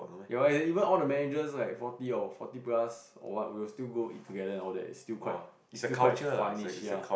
ya even all the managers like forty or forty plus or what would still go eat together and all that it's still quite it's still quite fun ish ya